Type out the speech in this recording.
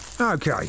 Okay